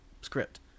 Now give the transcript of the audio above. script